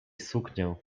suknię